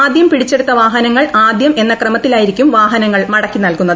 ആദ്യം പിടിച്ചെടുത്ത വാഹനങ്ങൾ ആദ്യം എന്ന ക്രമത്തിലായിരിക്കും വാഹനങ്ങൾ മടക്കി നൽകുന്നത്